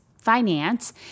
finance